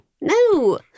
No